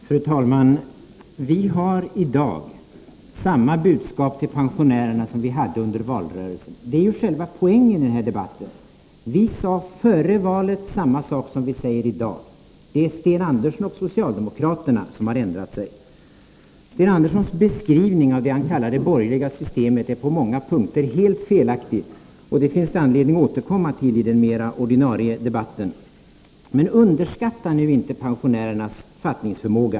Fru talman! Vi har i dag samma budskap till pensionärerna som vi hade under valrörelsen — det är ju själva poängen i den här debatten. Vi sade före valet samma sak som vi säger i dag. Det är Sten Andersson och socialdemokraterna som har ändrat sig. Sten Anderssons beskrivning av det han kallar det borgerliga systemet är på många punkter helt felaktig, och det finns anledning att återkomma till den i den mera ordinarie debatten. Men underskatta nu inte pensionärernas fattningsförmåga.